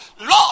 Lord